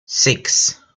six